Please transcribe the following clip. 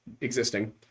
existing